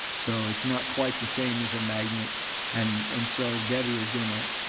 so, it's not quite the same as a magnet and and so debbie was gonna,